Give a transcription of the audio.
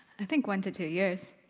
i think one to two years.